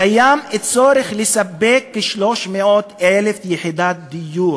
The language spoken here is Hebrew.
קיים צורך לספק כ-300,000 יחידות דיור